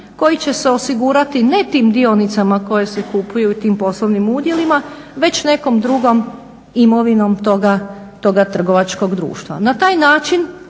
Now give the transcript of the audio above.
koji će se osigurati ne tim dionicama koje se kupuju u tim poslovnim udjelima već nekom drugom imovinom toga trgovačkog društva.